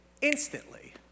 instantly